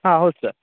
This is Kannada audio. ಹಾಂ ಹೌದು ಸರ್